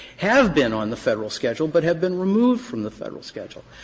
have been on the federal schedule, but have been removed from the federal schedule.